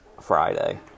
Friday